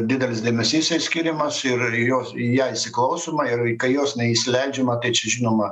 didelis dėmesys jai skiriamas ir jos į ją įsiklausoma ir kai jos neįsileidžiama tai čia žinoma